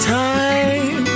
time